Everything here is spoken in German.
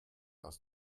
aus